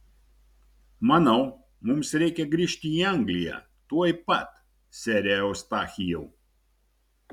manau mums reikia grįžti į angliją tuoj pat sere eustachijau